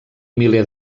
miler